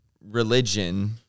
religion